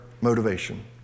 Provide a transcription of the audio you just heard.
motivation